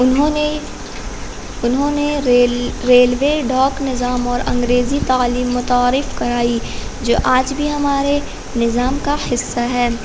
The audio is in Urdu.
انہوں نے انہوں نے ریل ریلوے ڈاک نظام اور انگریزی تعلیم متعارف کرائی جو آج بھی ہمارے نظام کا حصہ ہے